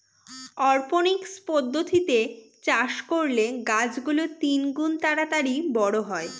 অরপনিক্স পদ্ধতিতে চাষ করলে গাছ গুলো তিনগুন তাড়াতাড়ি বড়ো হয়